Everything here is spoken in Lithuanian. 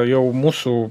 jau mūsų